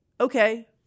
okay